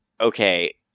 Okay